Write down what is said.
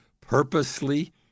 purposely